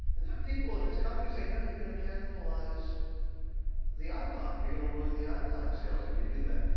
and there are people in his company saying, no, you're going to cannibalize the ipod. you're going to ruin the ipod sales if you do that.